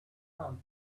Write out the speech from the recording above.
sun